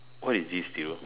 what is this to you